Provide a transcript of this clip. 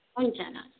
हुन्छ ल ल